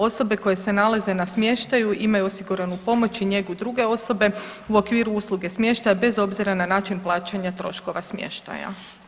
Osobe koje se nalaze na smještaju imaju osiguranu pomoć i njegu druge osobe u okviru usluge smještaja bez obzira na način plaćanja troškova smještaja.